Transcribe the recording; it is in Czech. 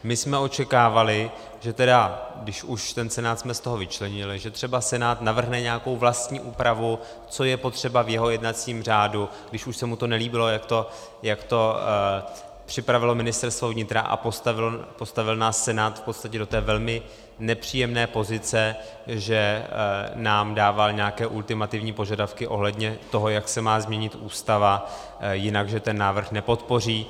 My jsme očekávali, že když už jsme z toho Senát vyčlenili, že třeba Senát navrhne nějakou vlastní úpravu, co je potřeba v jeho jednacím řádu, když už se mu to nelíbilo, jak to připravilo Ministerstvo vnitra, a postavil nás Senát v podstatě do té velmi nepříjemné pozice, že nám dával nějaké ultimativní požadavky ohledně toho, jak se má změnit Ústava, jinak že návrh nepodpoří.